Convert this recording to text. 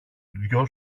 δυο